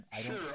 Sure